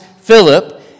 Philip